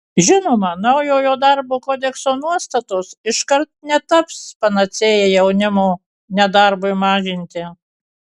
žinoma naujojo darbo kodekso nuostatos iškart netaps panacėja jaunimo nedarbui mažinti